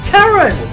Karen